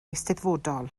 eisteddfodol